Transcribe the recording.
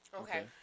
Okay